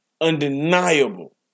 undeniable